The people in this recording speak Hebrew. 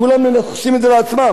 כולם מנכסים את זה לעצמם.